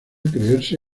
creerse